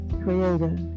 Creator